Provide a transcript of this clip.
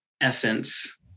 Essence